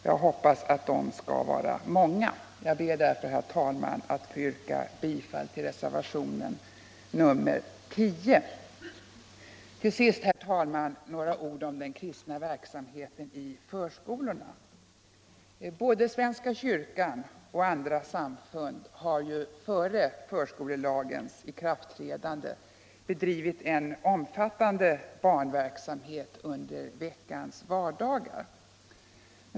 Jag hoppas att de skall vara många. Jag ber därför, herr talman, att få yrka bifall till reservationen 10. Till sist, herr talman, några ord om den kristna verksamheten i förskolan. Såväl svenska kyrkan som andra samfund har före förskolelagens ikraftträdande bedrivit en omfattande barnverksamhet under veckans vardagar.